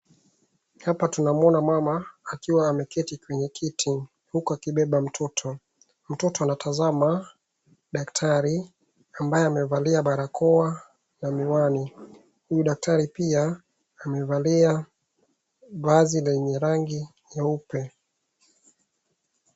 Hapa tunamuona mama akiwa ameketi kwenye kiti huku akibeba mtoto. Mtoto anatazama daktari ambaye amevalia barakoa na miwani. Huyu daktari pia amevalia vazi lenye rangi nyeupe.